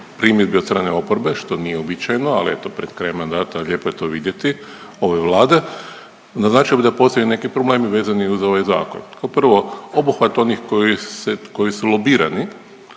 primjedbi od strane oporbe što nije uobičajeno, ali eto pred kraj mandata lijepo je to vidjeti ove Vlade. Naznačio bih da postoje neki problemi vezani uz ovaj zakon. Kao prvo obuhvat onih koji su lobirani